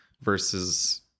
versus